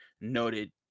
noted